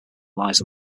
lies